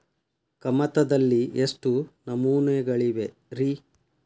ಕಮತದಲ್ಲಿ ಎಷ್ಟು ನಮೂನೆಗಳಿವೆ ರಿ?